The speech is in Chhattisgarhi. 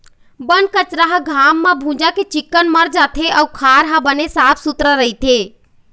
बन कचरा ह घाम म भूंजा के चिक्कन मर जाथे अउ खार ह बने साफ सुथरा रहिथे